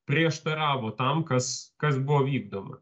prieštaravo tam kas kas buvo vykdoma